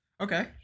Okay